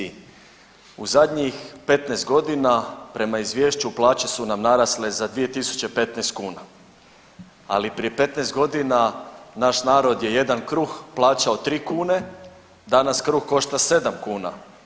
U zadnjih 15 godina prema izvješću plaće su nam narasle za 2.015 kuna, ali prije 15 godina naš narod je jedan kruh plaćao 3 kune, danas kruh košta 7 kuna.